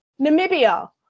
Namibia